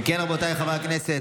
אם כן, רבותיי חברי הכנסת,